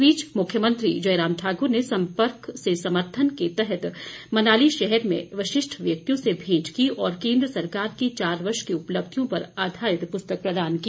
इस बीच मुख्यमंत्री जयराम ठाकुर ने सम्पर्क से समर्थन के तहत मनाली शहर में वशिष्ठ व्यक्तियों से भेंट की और केंद्र सरकार की चार वर्ष की उपलब्धियों पर आधारित पुस्तक प्रदान की